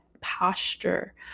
posture